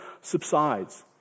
subsides